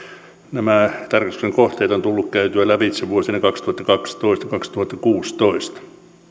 nämä tarkastuksen kohteet on tullut käytyä lävitse vuosina kaksituhattakaksitoista viiva kaksituhattakuusitoista